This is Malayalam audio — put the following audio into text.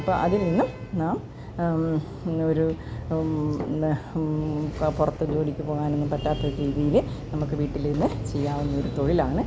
അപ്പോൾ അതിൽനിന്നും നാം ഒരു പുറത്ത് ജോലിക്ക് പോകാനൊന്നും പറ്റാത്ത രീതിയിൽ നമുക്ക് വീട്ടിലിരുന്നു ചെയ്യാവുന്നൊരു തൊഴിലാണ്